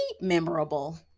memorable